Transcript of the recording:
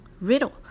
riddle